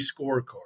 scorecard